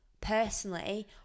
personally